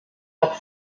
hat